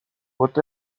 what